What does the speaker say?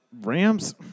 Rams